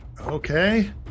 Okay